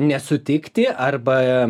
nesutikti arba